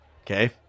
okay